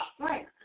Right